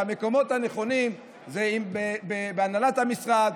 והמקומות הנכונים זה הנהלת המשרד.